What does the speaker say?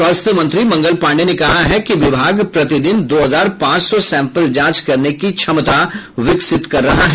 स्वास्थ्य मंत्री मंगल पांडेय ने कहा है कि विभाग प्रतिदिन दो हजार पांच सौ सैंपल जांच करने की क्षमता विकसित कर रहा है